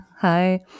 Hi